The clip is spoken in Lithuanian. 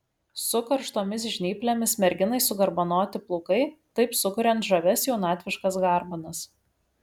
su karštomis žnyplėmis merginai sugarbanoti plaukai taip sukuriant žavias jaunatviškas garbanas